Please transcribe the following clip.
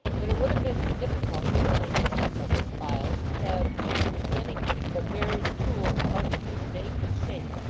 that it would have been difficult for one unused to such espials to have distinguished anything but various tools of uncouth make and shape,